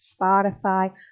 spotify